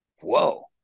Whoa